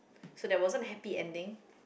so that wasn't happy ending